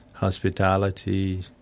hospitality